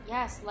Yes